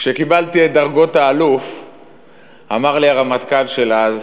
כשקיבלתי את דרגות האלוף אמר לי הרמטכ"ל של אז,